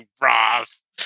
Ross